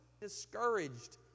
Discouraged